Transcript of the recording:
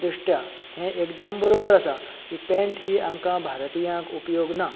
दृश्ट्या हे एकदम बरोबर आसा पॅण्ट ही आमकां भारतियांक उपयोग ना